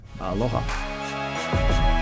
Aloha